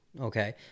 okay